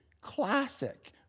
classic